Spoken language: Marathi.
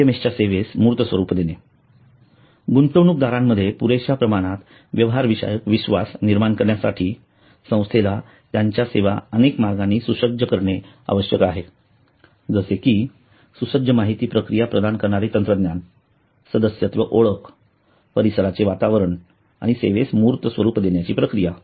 PMS च्या सेवेस मूर्त स्वरूप देणे गुंतवणूकदारांमध्ये पुरेश्या प्रमाणात व्यवहार विषयक विश्वास निर्माण करण्यासाठी संस्थेला त्यांच्या सेवा अनेक मार्गांनी सुसज्ज करणे आवश्यक आहे जसे की सुसज्ज माहिती प्रक्रिया प्रदान करणारे तंत्रज्ञान सदस्यत्व ओळख परिसराचे वातावरण आणि सेवेस मूर्त स्वरूप देण्याची प्रक्रिया